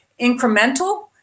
incremental